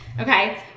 Okay